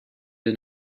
did